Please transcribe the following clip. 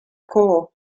core